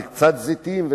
וקצת זיתים,